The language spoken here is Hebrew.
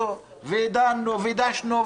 למדינת ישראל וליהודים.